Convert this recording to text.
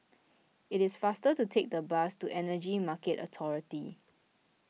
it is faster to take the bus to Energy Market Authority